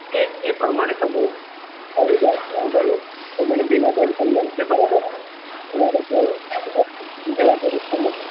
એટલે એ પ્રમાણે તમે આવી જાવ વાંધો નય તમને બીના ટેન્સન મળશે બરાબર તમારે જો